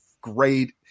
great